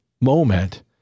moment